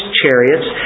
chariots